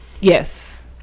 Yes